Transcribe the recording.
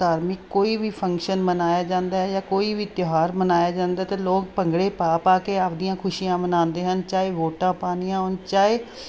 ਧਾਰਮਿਕ ਕੋਈ ਵੀ ਫੰਕਸ਼ਨ ਮਨਾਇਆ ਜਾਂਦਾ ਹੈ ਜਾਂ ਕੋਈ ਵੀ ਤਿਉਹਾਰ ਮਨਾਇਆ ਜਾਂਦੇ ਹੈ ਅਤੇ ਲੋਕ ਭੰਗੜੇ ਪਾ ਪਾ ਕੇ ਆਪਦੀਆਂ ਖੁਸ਼ੀਆਂ ਮਨਾਉਂਦੇ ਹਨ ਚਾਹੇ ਵੋਟਾਂ ਪਾਉਣੀਆਂ ਹੋਣ ਚਾਹੇ